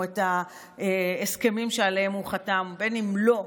את ההסכמים שעליהם הוא חתם ובין שלא,